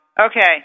Okay